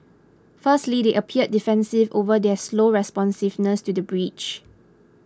firstly they appeared defensive over their slow responsiveness to the breach